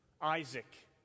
Isaac